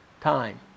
time